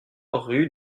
rue